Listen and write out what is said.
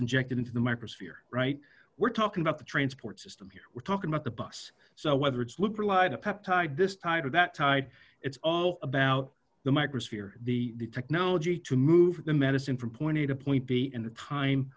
injected into the microspheres right we're talking about the transport system here we're talking about the bus so whether it's liberalized a peptide this tide or that tide it's all about the microspheres the technology to move the medicine from point a to point b and the time